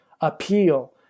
appeal